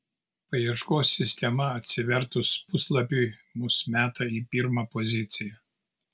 paieškos sistema atsivertus puslapiui mus meta į pirmą poziciją